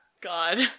God